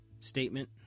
statement